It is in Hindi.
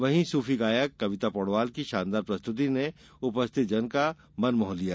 वहीं सूफी गायक कविता पौड़वाल की शानदार प्रस्तुति ने उपस्थित जनो का मन मोह लिया